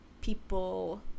people